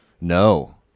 no